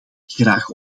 graag